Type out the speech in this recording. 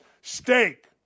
Steak